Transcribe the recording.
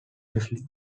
wrestling